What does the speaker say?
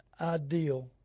ideal